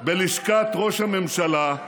בלשכת ראש הממשלה,